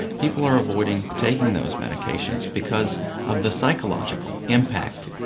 people are avoiding taking those medications because of the psychological impact?